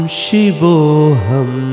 Shivoham